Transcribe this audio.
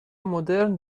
مدرن